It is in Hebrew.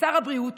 לשר הבריאות